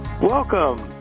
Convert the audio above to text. Welcome